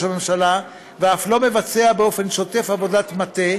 הממשלה ואף לא מבצע באופן שוטף עבודת מטה,